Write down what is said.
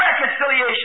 reconciliation